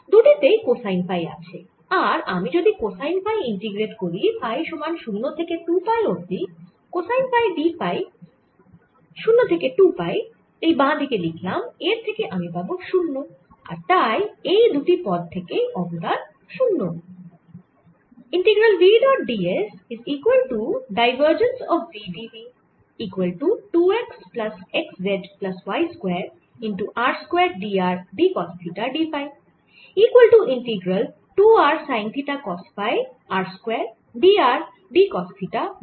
দুটি তেই cosine phi আছে আর আমি যদি কোসাইন ফাই ইন্টিগ্রেট করি ফাই সমান 0 থেকে 2 পাই অবধি কোসাইন ফাই d ফাই 0 থেকে 2 পাই এই বাঁ দিকে লিখলাম এর থেকে আমি পাবো 0 আর তাই এই দুটি পদ থেকেই অবদান 0